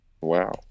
Wow